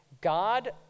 God